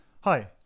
Hi